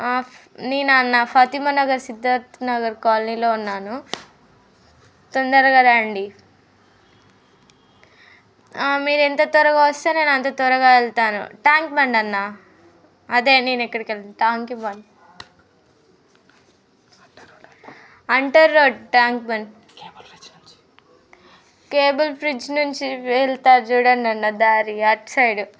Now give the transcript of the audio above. నేనా అన్నా ఫాతిమా నగర్ సిద్ధార్థ నగర్ కాలనీలో ఉన్నాను తొందరగా రండి మీరు ఎంత త్వరగా వస్తే నేను అంత త్వరగా వెళ్తాను ట్యాంక్ బండ్ అన్న అదే నేను ఎక్కడికెళ్తాను Tank Bund outer road Tank Bund cable bridge నుంచి వెళ్తారు చూడండి అన్న దారి అటు సైడ్